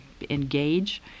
engage